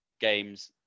games